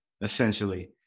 essentially